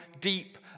deep